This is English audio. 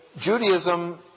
Judaism